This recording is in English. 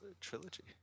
Trilogy